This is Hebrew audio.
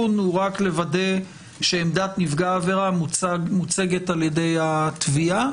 הוא רק לוודא שעמדת נפגע העבירה מוצגת על ידי התביעה.